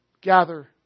gather